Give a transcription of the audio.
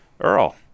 Earl